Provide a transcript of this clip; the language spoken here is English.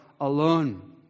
alone